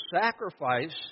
sacrifice